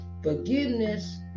Forgiveness